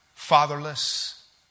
fatherless